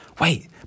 Wait